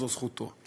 זאת זכותו.